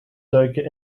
duiken